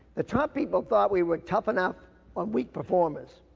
the top people thought we were tough enough on weak performance.